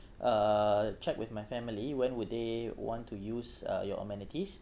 uh check with my family when would they want to use uh your amenities